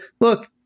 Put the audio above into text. look